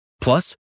Plus